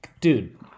Dude